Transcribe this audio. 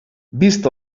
vist